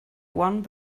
one